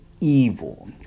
evil